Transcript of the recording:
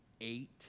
eight